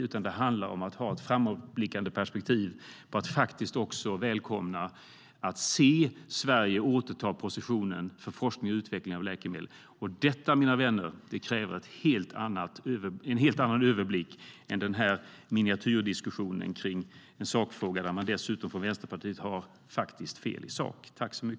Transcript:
I stället måste vi ha ett framåtblickande perspektiv där vi ser och välkomnar att Sverige återtar sin position vad gäller forskning och utveckling av läkemedel. Detta, mina vänner, kräver en helt annan överblick än denna miniatyrdiskussion i en sakfråga där Vänsterpartiet dessutom har fel i sak.